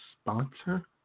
sponsor